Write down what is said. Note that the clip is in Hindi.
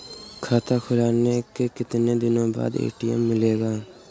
खाता खुलवाने के कितनी दिनो बाद ए.टी.एम मिलेगा?